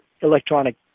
electronic